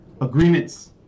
agreements